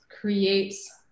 creates